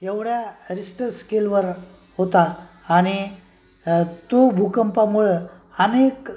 एवढ्या रिश्टर स्केलवर होता आणि तो भूकंपामुळं अनेक